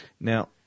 now